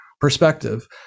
perspective